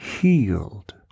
healed